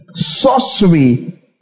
Sorcery